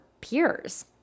peers